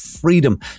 freedom